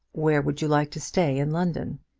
where would you like to stay in london?